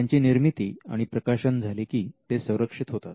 त्यांची निर्मिती आणि प्रकाशन झाले कि ते संरक्षित होतात